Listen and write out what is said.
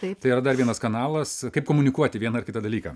tai yra dar vienas kanalas kaip komunikuoti vieną ar kitą dalyką